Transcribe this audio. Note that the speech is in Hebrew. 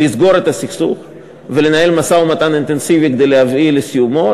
לסגור את הסכסוך ולנהל משא-ומתן אינטנסיבי כדי להביא לסיומו.